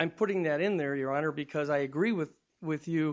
am putting that in there your honor because i agree with with you